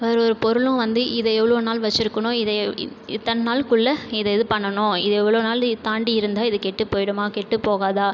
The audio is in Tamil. ஒரு ஒரு பொருளும் வந்து இதை எவ்வளோ நாள் வச்சுருக்கணும் இதை இ இத்தன் நாளுக்குள்ள இதை இது பண்ணணும் இது இவ்வளோ நாளு தாண்டி இருந்தால் இது கெட்டுப்போயிடுமா கெட்டுப்போகாதா